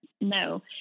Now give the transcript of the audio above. No